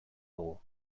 dugu